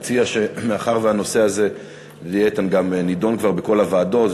מאחר שהנושא הזה נדון כבר בכל הוועדות,